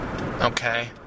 Okay